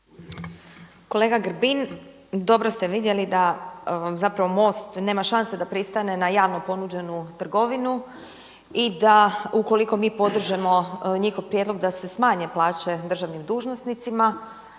Kolega Grbin, dobro ste vidjeli da vam MOST zapravo nema šanse da pristane na javno ponuđenu trgovinu i da ukoliko mi podržimo njihov prijedlog da se smanje plaće državnim dužnosnicima,